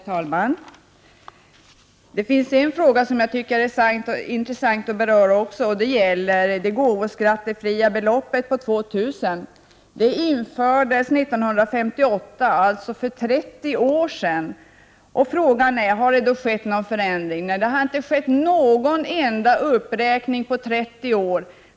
Herr talman! Det finns en fråga som jag tycker är intressant att beröra, den gäller det gåvoskattefria beloppet på 2 000 kr. Det infördes 1958, dvs. för 30 år sedan. Frågan är då om det har skett någon förändring. Nej, det har inte skett en enda uppräkning på 30 år.